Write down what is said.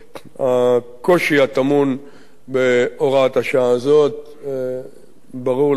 הקושי הטמון בהוראת השעה הזאת ברור לרבים,